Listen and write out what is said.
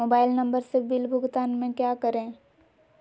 Mobile number से bill भुगतान में क्या करें?